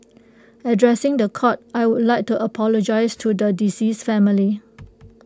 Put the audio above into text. addressing The Court I would like to apologise to the deceased's family